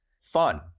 fun